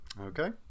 Okay